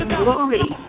glory